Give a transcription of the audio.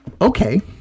okay